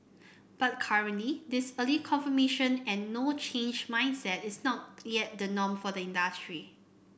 but currently this early confirmation and no change mindset is not yet the norm for the industry